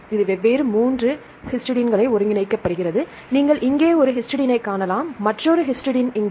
இது வெவ்வேறு 3 ஹிஸ்டைடின்களால் ஒருங்கிணைக்கப்படுகிறது நீங்கள் இங்கே ஒரு ஹிஸ்டைடினைக் காணலாம் மற்றொரு ஹிஸ்டைடின் இங்கே